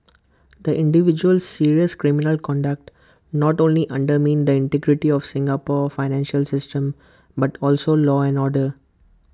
the individual's serious criminal conduct not only undermined the integrity of Singapore's financial system but also law and order